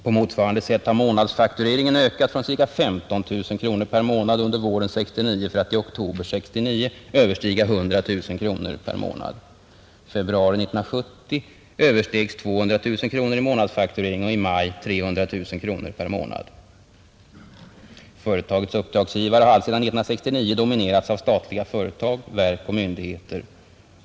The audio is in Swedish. På motsvarande sätt har månadsfaktureringen ökat från ca 15 000 kr månad. Februari 1970 överstegs 200 000 kr i månadsfaktureringen och i maj 300 000 kr/månad. Företagets uppdragsgivare har alltsedan 1969 dominerats av statliga företag, verk och myndigheter.